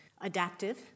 adaptive